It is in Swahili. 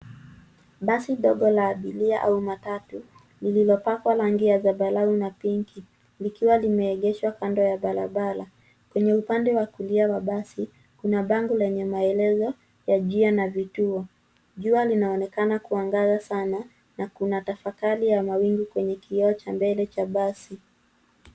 Basi dogo la abiria au matatu lililopakwa rangi ya zambarau na pinki likiwa limeegeshwa kando ya barabara. Kwenye upande wa kulia wa basi kuna bango lenye maelezo ya njia na vituo. Jua linaonekana kuangaza sana na kuna tafakari ya mawingu kwenye kioo cha mbele cha basi.